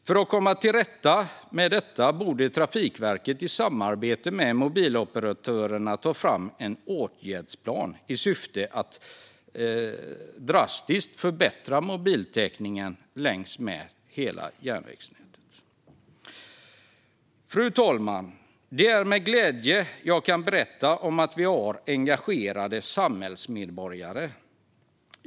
För att komma till rätta med detta borde Trafikverket i samarbete med mobiloperatörerna ta fram en åtgärdsplan i syfte att drastiskt förbättra mobiltäckningen längs med hela järnvägsnätet. Fru talman! Det är med glädje jag kan berätta om att vi har engagerade samhällsmedborgare.